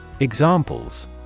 Examples